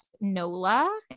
NOLA